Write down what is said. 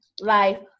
life